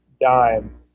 dime